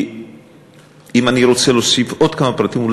אני רוצה להוסיף עוד כמה פרטים,